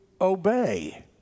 obey